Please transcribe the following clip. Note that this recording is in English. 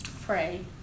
Pray